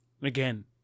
Again